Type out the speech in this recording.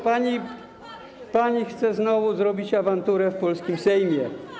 Pani chce znowu zrobić awanturę w polskim Sejmie.